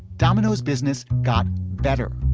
domino's business got better